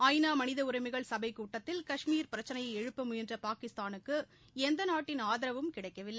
ஐ நா மனித உரிமைகள் சபை கூட்டத்தில் கஷ்மீர் பிரச்சினையை எழுப்ப முயன்ற பாகிஸ்தானுக்கு எந்த நாட்டின் ஆதரவும் கிடைக்கவில்லை